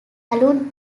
talon